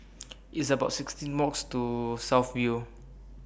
It's about sixteen mouse Walk to South View